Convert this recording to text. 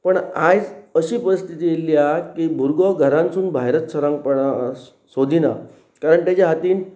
पण आयज अशी परिस्थिती येयिल्ली आसा की भुरगो घरानसून भायरच सरांक सोदिना कारण तेज्या हातीन